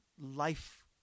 life